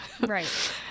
Right